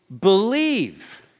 believe